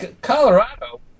Colorado